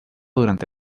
durante